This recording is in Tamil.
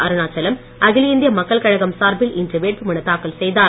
அருணாச்சலம் அகில இந்திய மக்கள் கழகம் சார்பில் இன்று வேட்புமனு தாக்கல் செய்தார்